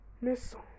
missile